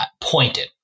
pointed